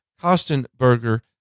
Kostenberger